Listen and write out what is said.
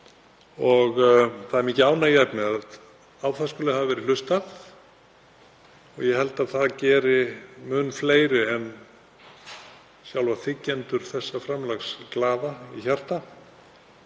og það er mikið ánægjuefni að á það skuli hafa verið hlustað. Ég held að það geri mun fleiri en sjálfa þiggjendur þessa framlags glaða í hjarta.